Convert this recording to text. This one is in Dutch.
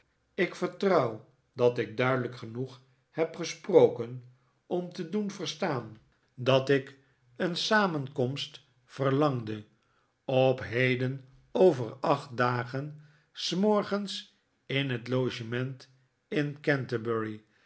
ik vertrouw dat ik duidelijk genoeg heb gesproken om te doen verstaan dat ik nieuws van martha een samenkomst verlangde op heden over acht dagen s morgens in het logement in canterbury